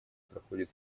проходит